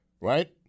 right